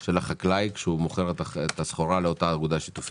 של החקלאי כשהוא מוכר את הסחורה לאותה אגודה שיתופית?